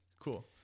cool